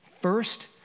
First